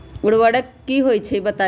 उर्वरक की होई छई बताई?